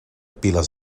piles